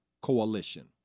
coalition